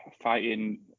fighting